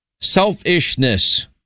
selfishness